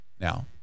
now